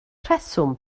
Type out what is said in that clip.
rheswm